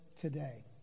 today